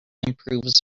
improves